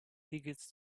tickets